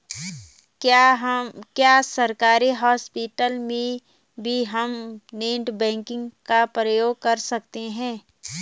क्या सरकारी हॉस्पिटल में भी हम नेट बैंकिंग का प्रयोग कर सकते हैं?